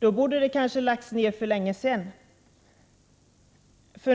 så fall borde det kanske ha lagts ner för länge sedan.